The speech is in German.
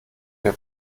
wir